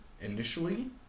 initially